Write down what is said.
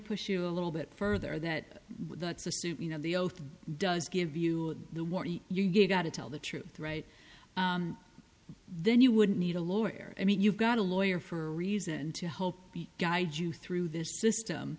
push you a little bit further that you know the oath does give you the warrant you got to tell the truth right then you wouldn't need a lawyer i mean you've got a lawyer for a reason to hope guide you through this system